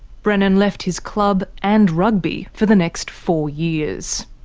brennan left his club, and rugby, for the next four years.